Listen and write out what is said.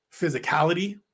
physicality